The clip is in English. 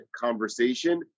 conversation